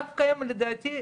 דווקא הם לדעתי,